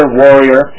warrior